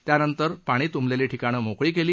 त्यानंतर पाणी तुंबलर्सी ठिकाणं मोकळी केली